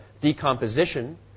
decomposition